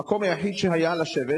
המקום היחיד לשבת